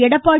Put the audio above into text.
Edappadi